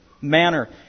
manner